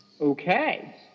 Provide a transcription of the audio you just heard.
Okay